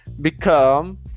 Become